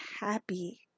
happy